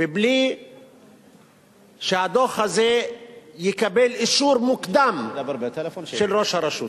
ובלי שהדוח הזה יקבל אישור מוקדם של ראש הרשות.